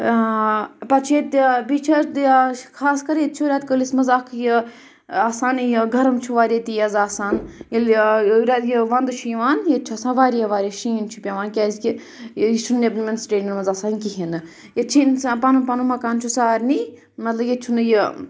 پَتہٕ چھِ ییٚتہِ بیٚیہِ چھِ اَتہِ خاص کَر ییٚتہِ چھُ رٮ۪تہٕ کٲلِس منٛز اَکھ یہِ آسان یہِ گرم چھُ واریاہ تیز آسان ییٚلہِ یہِ وَنٛدٕ چھُ یِوان ییٚتہِ چھُ آسان واریاہ واریاہ شیٖن چھُ پٮ۪وان کیٛازِکہِ یہِ چھُنہٕ نیٚبرِمٮ۪ن سٹیٹَن منٛز آسان کِہیٖنۍ نہٕ ییٚتہِ چھِ اِنسان پَنُن پَنُن مکان چھُ سارنٕے مطلب ییٚتہِ چھُنہٕ یہِ